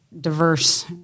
diverse